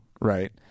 right